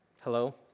Hello